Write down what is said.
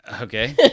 okay